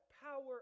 power